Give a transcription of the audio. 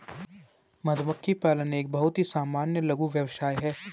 मधुमक्खी पालन एक बहुत ही सामान्य लघु व्यवसाय है